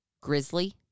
Grizzly